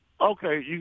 Okay